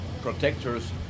protectors